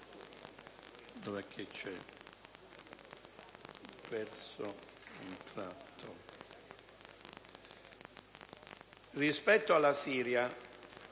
Rispetto alla Siria,